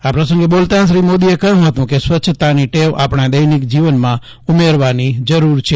આ પ્રસંગે બોલતા શ્રી મોદીએ કહ્યું હતું કે સ્વચ્છતાની ટેવ આપજ્ઞા દૈનિક જીવનમાં ઉમેરવાની જરૂર છે